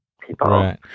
people